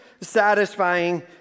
satisfying